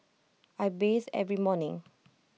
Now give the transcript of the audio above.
I bathe every morning